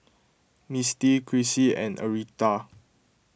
Misty Krissy and Aretha